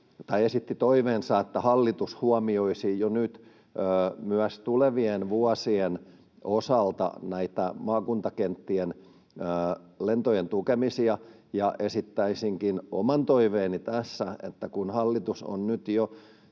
esitti toiveensa, että hallitus huomioisi jo nyt myös tulevien vuosien osalta näitä maakuntakenttien lentojen tukemisia, ja esittäisinkin oman toiveeni tässä, että kun hallitus on nyt jo